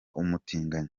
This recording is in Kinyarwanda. umutinganyi